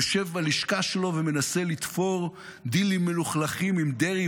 יושב בלשכה שלו ומנסה לתפור דילים מלוכלכים עם דרעי